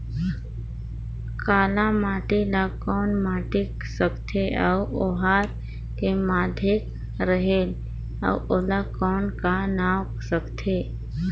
काला माटी ला कौन माटी सकथे अउ ओहार के माधेक रेहेल अउ ओला कौन का नाव सकथे?